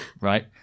Right